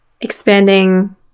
expanding